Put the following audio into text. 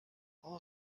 all